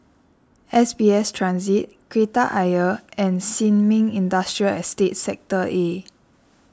S B S Transit Kreta Ayer and Sin Ming Industrial Estate Sector A